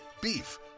Beef